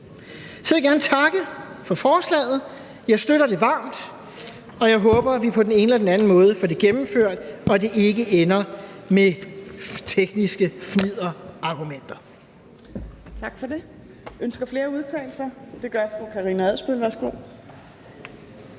Så vil jeg gerne takke for forslaget. Jeg støtter det varmt, og jeg håber, at vi på den ene eller den anden måde får det gennemført, og at det ikke ender med tekniske fnidderargumenter.